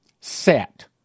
set